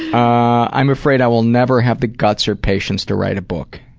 um i'm afraid i will never have the guts or patience to write a book.